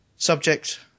Subject